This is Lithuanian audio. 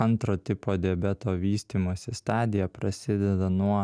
antro tipo diabeto vystymosi stadija prasideda nuo